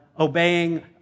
obeying